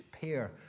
pair